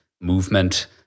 movement